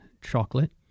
chocolate